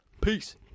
Peace